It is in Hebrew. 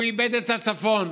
הוא איבד את הצפון,